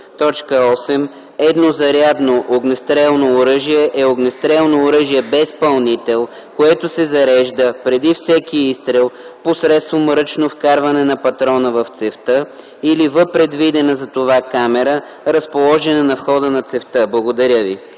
8. „Еднозарядно огнестрелно оръжие” е огнестрелно оръжие без пълнител, което се зарежда преди всеки изстрел посредством ръчно вкарване на патрона в цевта или в предвидена за това камера, разположена на входа на цевта.” Благодаря.